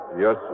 yes